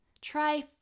Try